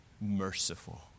merciful